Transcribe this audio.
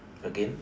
again